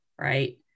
right